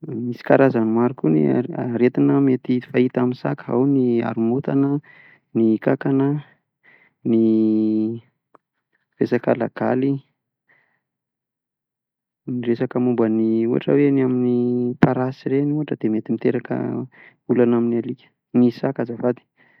Misy karazany maro koa ny aretina mety fahita amin'ny saka, ao ny aromontana, ny kankana, ny resaka lagaly, ny resaka momban'ny ohatra hoe ireny parasy ireny ohatra dia mety hiteraka olana amin'ny alika, ny saka azafady.